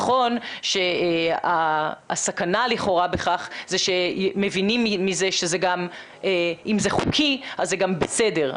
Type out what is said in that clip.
נכון שהסכנה לכאורה בכך זה שמבינים מזה שאם זה חוקי אז זה גם בסדר,